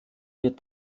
wird